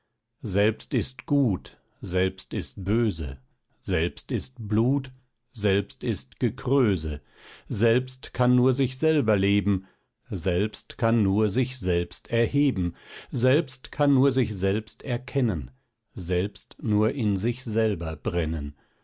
selbst ist gut selbst ist böse selbst ist blut selbst ist gekröse selbst kann nur sich selber leben selbst kann nur sich selbst erheben selbst kann nur sich selbst erkennen selbst nur in sich selber brennen